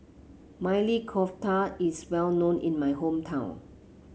Maili Kofta is well known in my hometown